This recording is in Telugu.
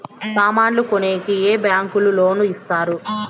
సామాన్లు కొనేకి ఏ బ్యాంకులు లోను ఇస్తారు?